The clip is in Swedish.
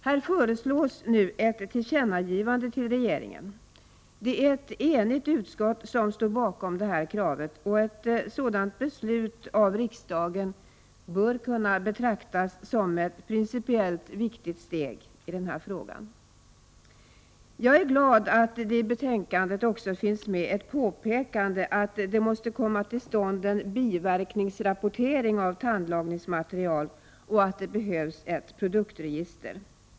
Här föreslås nu ett tillkännagivande till regeringen. Det är ett enigt utskott som står bakom kravet, och ett sådant beslut av riksdagen bör kunna betraktas som ett principiellt viktigt steg i denna fråga. Jag är glad att det i betänkandet också finns med ett påpekande att det måste komma till stånd en biverkningsrapportering av tandlagningsmaterial och att det behövs ett produktregister.